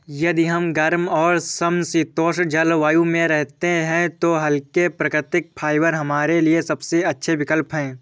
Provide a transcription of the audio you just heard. यदि हम गर्म और समशीतोष्ण जलवायु में रहते हैं तो हल्के, प्राकृतिक फाइबर हमारे लिए सबसे अच्छे विकल्प हैं